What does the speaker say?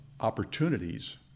opportunities